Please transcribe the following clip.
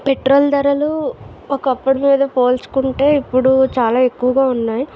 petrol ధరలు ఒకప్పుడు మీద పోల్చుకుంటే ఇప్పుడు చాలా ఎక్కువగా ఉన్నాయి